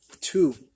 two